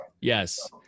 yes